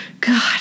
God